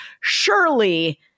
surely